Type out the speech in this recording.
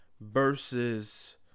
versus